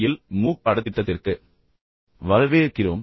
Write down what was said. L மூக் பாடத்திட்டத்திற்கு மீண்டும் வரவேற்கிறோம்